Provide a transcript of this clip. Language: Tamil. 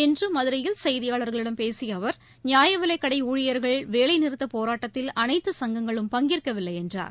இன்றுமதுரையில் செய்தியாளர்களிடம் பேசியஅவர் நியாயவிலைக் கடைஊழியர்கள் வேலைநிறுத்தப் போராட்டத்தில் அனைத்து சங்கங்களும் பங்கேற்கவில்லைஎன்றார்